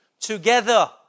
together